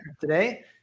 today